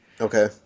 Okay